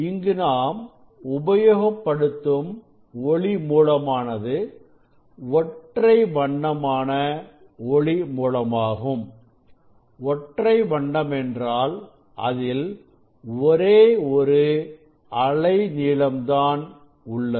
இங்கு நாம் உபயோகப்படுத்தும் ஒளி மூலமானது ஒற்றை வண்ணமான ஒளி மூலமாகும் ஒற்றை வண்ணம் என்றால் அதில் ஒரே ஒரு அலைநீளம் தான் உள்ளது